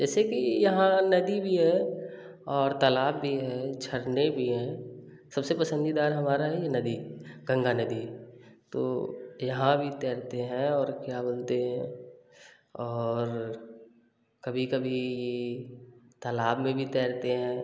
जैसे कि यहाँ नदी भी है और तालाब भी है झरने भी हैं सबसे पसंदीदा हमारा है ये नदी गंगा नदी तो यहाँ भी तैरते हैं और क्या बोलते हैं और कभी कभी तालाब में भी तैरते हैं